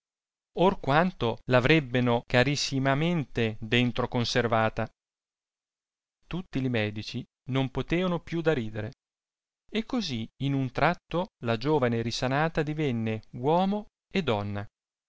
or quanto l'averebbeno carissimamente dentro conservata tutti li medici non poteano più da ridere e così in un tratto la giovane risanata divenne uomo e donna